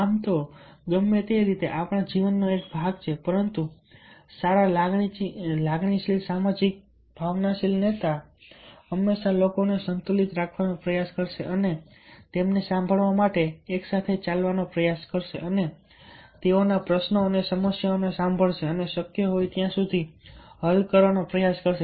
આમ તો ગમે તે રીતે આ આપણા જીવનનો એક ભાગ છે પરંતુ સારા લાગણીશીલ સામાજિક ભાવનાશીલ નેતા હંમેશા લોકોને સંતુલિત રાખવાનો પ્રયાસ કરશે અને તેમને સાંભળવા માટે એકસાથે લાવવાનો પ્રયાસ કરશે અને તેઓના પ્રશ્નો અને સમસ્યાઓને સાંભળશે અને શક્ય હોય ત્યાં સુધી હલ કરવાનો પ્રયાસ કરશે